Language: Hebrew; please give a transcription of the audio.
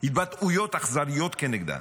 התבטאויות אכזריות כנגדה,